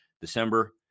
December